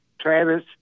Travis